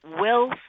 wealth